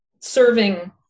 serving